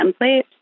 template